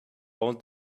own